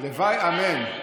הלוואי, אמן.